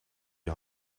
die